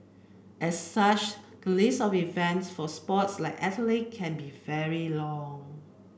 as such the list of events for sports like athletic can be very long